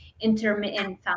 intermittent